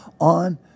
on